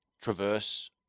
traverse